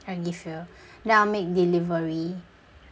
I give you then I'll make delivery